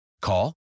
Call